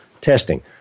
testing